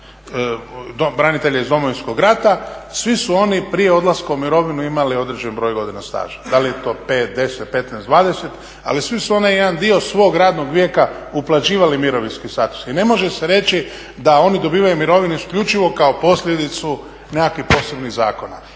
branitelja iz Domovinskog rata, svi su oni prije odlaska u mirovinu imali određen broj godina staža. Da li je to 5, 10, 15, 20, ali svi su oni jedan dio svog radnog vijeka uplaćivali u mirovinski status i ne može se reći da oni dobivaju mirovinu isključivo kao posljedicu nekakvih posebnih zakona.